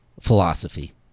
philosophy